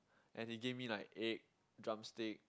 and he give me like egg drumstick